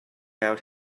out